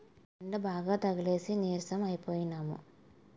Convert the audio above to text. యెండబాగా తగిలేసి నీరసం అయిపోనము